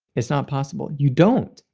it's not possible. you don't,